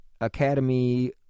Academy